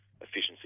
efficiency